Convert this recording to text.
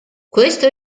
questo